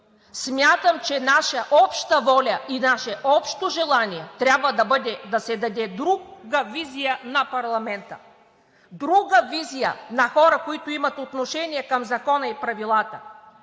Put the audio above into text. Смятам, че наша обща воля и наше общо желание трябва да бъде да се даде друга визия на парламента, друга визия на хора, които имат отношение към закона и правилата.